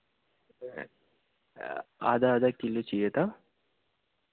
आधा आधा किलो चाहिए था